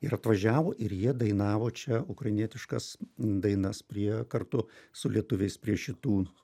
ir atvažiavo ir jie dainavo čia ukrainietiškas dainas prie kartu su lietuviais prie šitų